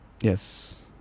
Yes